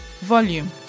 Volume